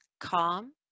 calm